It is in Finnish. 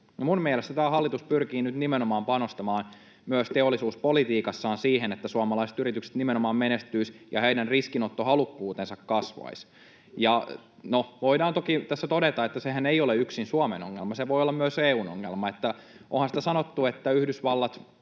minun mielestäni tämä hallitus pyrkii nyt nimenomaan panostamaan myös teollisuuspolitiikassaan siihen, että suomalaiset yritykset nimenomaan menestyisivät ja heidän riskinottohalukkuutensa kasvaisi. No, voidaan toki tässä todeta, että sehän ei ole yksin Suomen ongelma, se voi olla myös EU:n ongelma. Onhan sitä sanottu, että kun Yhdysvallat